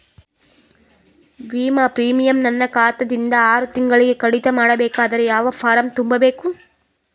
ವಿಮಾ ಪ್ರೀಮಿಯಂ ನನ್ನ ಖಾತಾ ದಿಂದ ಆರು ತಿಂಗಳಗೆ ಕಡಿತ ಮಾಡಬೇಕಾದರೆ ಯಾವ ಫಾರಂ ತುಂಬಬೇಕು?